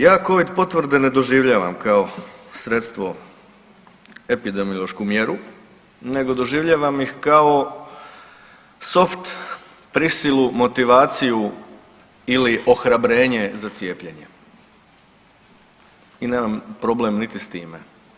Ja Covid potvrde ne doživljavam kao sredstvo epidemiološku mjeru, nego doživljavam ih kao soft prisilu, motivaciju ili ohrabrenje za cijepljenje i nemam problem niti s time.